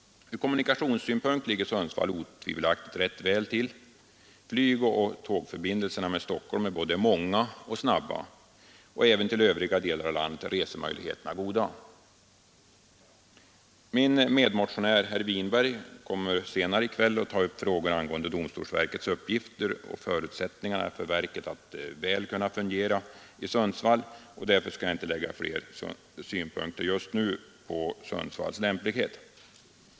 Ur kommunikationssynpunkt ligger Sundsvall otvivelaktigt rätt väl till. Flygoch tågförbindelserna med Stockholm är både många och snabba. Även till övriga delar av landet är resemöjligheterna goda. Min medmotionär, herr Winberg, kommer senare i kväll att ta upp frågan om domstolsverkets uppgifter och förutsättningarna för verket att fungera tillfredsställande i Sundsvall. Därför skall jag inte nu anlägga flera synpunkter på Sundsvalls lämplighet.